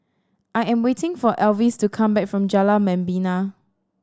I am waiting for Elvis to come back from Jalan Membina